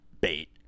bait